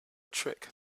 trick